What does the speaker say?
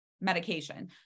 medication